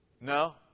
No